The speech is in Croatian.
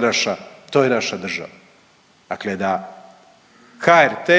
naša, to je naša država. Dakle da HRT